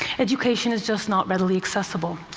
education is just not readily accessible.